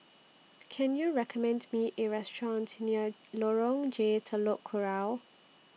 Can YOU recommend Me A Restaurant near Lorong J Telok Kurau